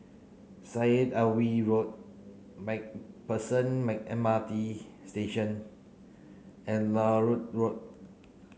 Syed Alwi Road MacPherson M R T Station and Larut Road